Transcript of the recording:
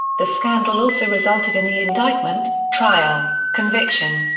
the scandal also resulted in the indictment, trial, conviction,